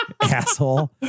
Asshole